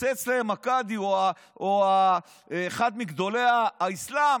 כשיוצא אצלם הקאדי או אחד מגדולי האסלאם,